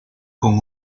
con